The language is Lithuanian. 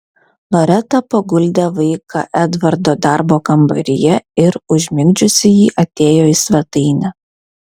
loreta paguldė vaiką edvardo darbo kambaryje ir užmigdžiusi jį atėjo į svetainę